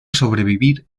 sobrevivir